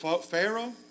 Pharaoh